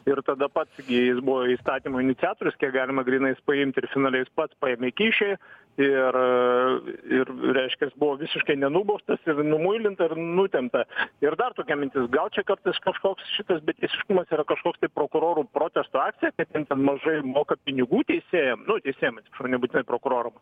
ir tada pats gi jis buvo įstatymo iniciatorius kiek galima grynais paimti ir finale jis pats paėmė kyšį ir ir reiškias buvo visiškai nenubaustas ir numuilinta ir nutempė ir dar tokia mintis gal čia kartais kažkoks šitas beteisiškumas yra kažkoks tai prokurorų protesto akcija kad jiem ten mažai moka pinigų teisėjam nu teisėjam atsiprašau nebūtinai prokuroram